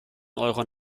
eurer